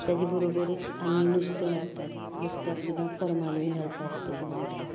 ताचे बरोबरच आमी नुस्तें हाडटात नुस्त्यांक सुद्दां फॉर्मोलीन घालतात अशें म्हणटात